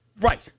Right